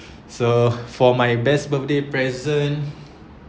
so for my best birthday present